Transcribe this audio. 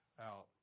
out